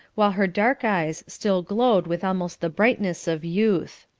while her dark eyes still glowed with almost the brightness of youth.